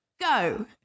go